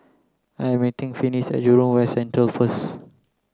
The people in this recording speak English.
I am meeting Finis at Jurong West Central first